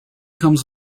comes